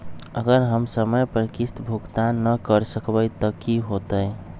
अगर हम समय पर किस्त भुकतान न कर सकवै त की होतै?